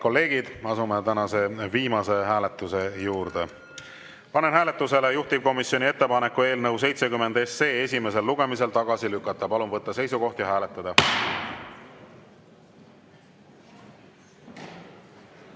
kolleegid, asume tänase viimase hääletuse juurde. Panen hääletusele juhtivkomisjoni ettepaneku eelnõu 70 esimesel lugemisel tagasi lükata. Palun võtta seisukoht ja hääletada!